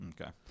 okay